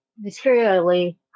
materially